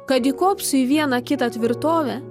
kad įkopsiu į vieną kitą tvirtovę